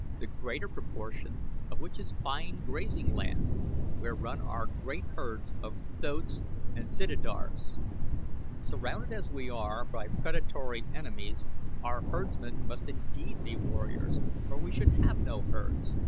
the greater proportion of which is fine grazing land where run our great herds of thoats and zitidars. surrounded as we are by predatory enemies our herdsmen must indeed be warriors or we should have no herds,